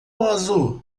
azul